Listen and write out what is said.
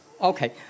Okay